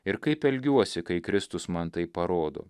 ir kaip elgiuosi kai kristus man tai parodo